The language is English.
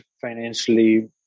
financially